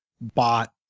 bought